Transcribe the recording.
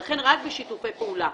ולכן רק בשיתופי פעולה.